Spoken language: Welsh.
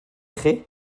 chi